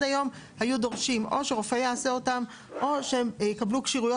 היום היו דורשים או שרופא יעשה אותן או שהן יקבלו כשירויות